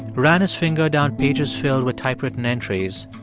ran his finger down pages filled with typewritten entries.